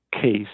case